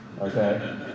Okay